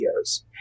videos